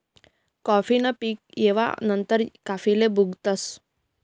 काफी न पीक येवा नंतर काफीले भुजतस